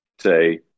say